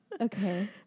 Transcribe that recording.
Okay